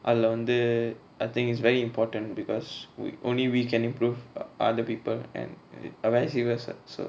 அதுல வந்து:athula vanthu I think it's very important because oh only we can improve other people and ah I was she was a so